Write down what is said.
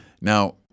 Now